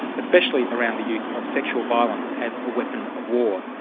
especially around the use of sexual violence as a weapon of war.